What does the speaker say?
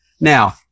Now